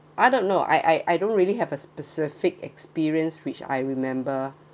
I don't know I I I don't really have a specific experience which I remember